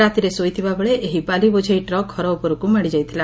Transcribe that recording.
ରାତିରେ ଶୋଇଥିବାବେଳେ ଏହି ବାଲି ବୋଝେଇ ଟ୍ରକ୍ ଘର ଉପରକୁ ମାଡ଼ିଯାଇଥିଲା